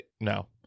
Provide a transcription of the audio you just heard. No